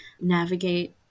navigate